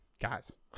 guys